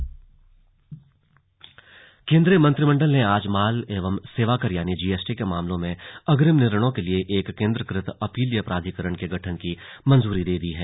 slug cabinet GST केंद्रीय मंत्रिमंडल ने आज माल एवं सेवाकर यानि जीएसटी के मामलों में अग्रिम निर्णयों के लिए एक केंद्रीकृ त अपीलीय प्राधिकरण के गठन की मंजूरी दे दी है